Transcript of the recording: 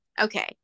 Okay